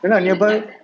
ya lah nearby